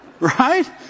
Right